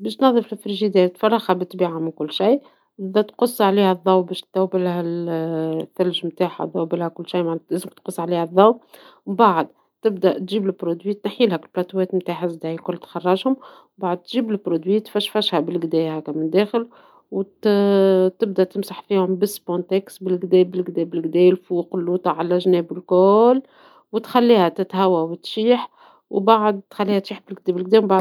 باش تنظف الثلاجة ،تفرغها بالطبيعة من كل شيء ، تبدى تقص عليها الضو باش تذوبلها الثلج نتاعها ، لازملك تقصه عليها الضوء ، من بعد تجيب المنظف تنحيلها البلاطوات نتاعها الكل تخرجهم ، تجيب المنظف تفشفشها بالقدا هكا من الداخل ، من بعد تمسحها بالسبونتكس بالقدا بالقدا بالقدا الفوق ، اللوطا على الجناب الكل من بعد تخليها تتهوى وتتشيح وبعد تخليها.